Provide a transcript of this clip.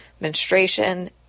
menstruation